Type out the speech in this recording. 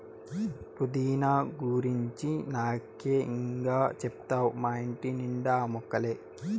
పుదీనా గురించి నాకే ఇం గా చెప్తావ్ మా ఇంటి నిండా ఆ మొక్కలే